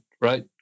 right